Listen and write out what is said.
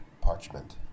parchment